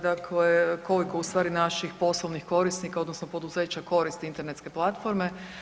Dakle, koliko ustvari naših poslovnih korisnika odnosno poduzeća koristi internetske platforme.